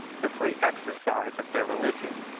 the free exercise of their religion.